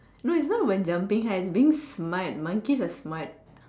no it's not about jumping high it's being smart monkeys are smart